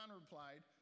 replied